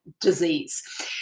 disease